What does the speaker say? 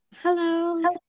hello